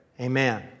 Amen